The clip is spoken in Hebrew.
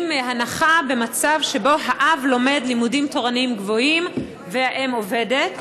הנחה במצב שבו האב לומד לימודים תורניים גבוהים והאם עובדת,